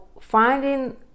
finding